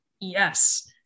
Yes